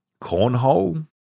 cornhole